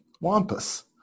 Wampus